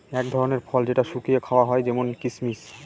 এক ধরনের ফল যেটা শুকিয়ে খাওয়া হয় যেমন কিসমিস